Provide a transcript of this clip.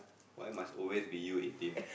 why must always be you eighteen